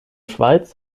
schweiz